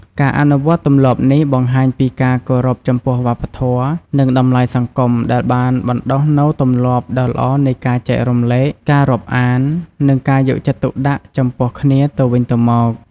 ការអនុវត្តទម្លាប់នេះ បង្ហាញពីការគោរពចំពោះវប្បធម៌ និងតម្លៃសង្គមដែលបានបណ្ដុះនូវទម្លាប់ដ៏ល្អនៃការចែករំលែក ការរាប់អាន និងការយកចិត្តទុកដាក់ចំពោះគ្នាទៅវិញទៅមក។